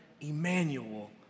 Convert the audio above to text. Emmanuel